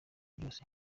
byose